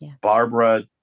barbara